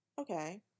Okay